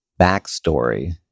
backstory